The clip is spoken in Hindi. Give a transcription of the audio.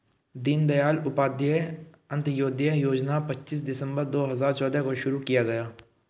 दीन दयाल उपाध्याय अंत्योदय योजना पच्चीस सितम्बर दो हजार चौदह को शुरू किया गया